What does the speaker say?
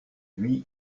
lui